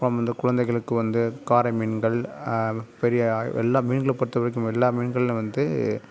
அப்புறம் இந்த குழந்தைகளுக்கு வந்து காரை மீன்கள் பெரிய எல்லா மீன்களை பொறுத்தவரைக்கும் எல்லா மீன்களிலும் வந்து